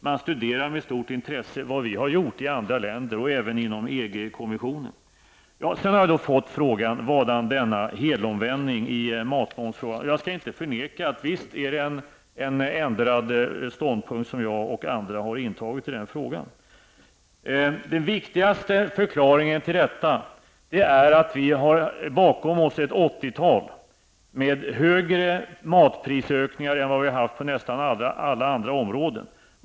I andra länder och även inom EG-kommissionen studerar man med stort intresse vad vi har gjort. Jag har också fått frågan om varför det har skett en helomvändning när det gäller matmomsen. Jag skall inte förneka att jag och andra har intagit en ändrad ståndpunkt i den frågan. Den viktigaste förklaringen till detta är att vi har bakom oss ett 80 tal med högre ökningar av priset på mat än av priset på nästan alla andra områden.